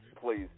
please